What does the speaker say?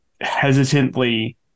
hesitantly